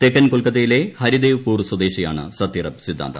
തെക്കൻ കൊൽക്കത്തയിലെ ഹരിദേവ്പൂർ സ്വദേശിയാണ് സത്യറപ് സിദ്ധാന്ത